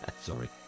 Sorry